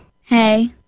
hey